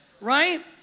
right